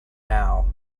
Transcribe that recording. now